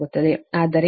ಆದ್ದರಿಂದ cos R0